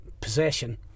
possession